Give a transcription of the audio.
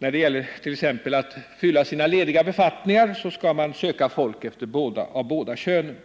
när det gäller att fylla lediga befattningar skall söka folk av båda könen